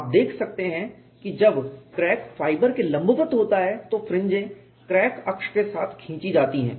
आप देख सकते हैं कि जब क्रैक फाइबर के लंबवत होता है तो फ्रिंजें क्रैक अक्ष के साथ खींची जाती हैं